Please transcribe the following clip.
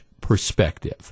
perspective